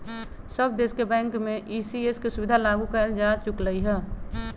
सब देश के बैंक में ई.सी.एस के सुविधा लागू कएल जा चुकलई ह